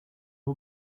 all